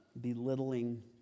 belittling